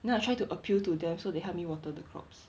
then I try to appeal to them so they help me water the crops